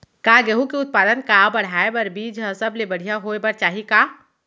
का गेहूँ के उत्पादन का बढ़ाये बर बीज ह सबले बढ़िया होय बर चाही का?